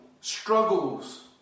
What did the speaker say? struggles